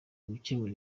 gukemura